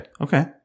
Okay